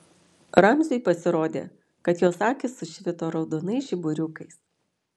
ramziui pasirodė kad jos akys sušvito raudonais žiburiukais